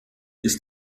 ist